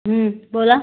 बोला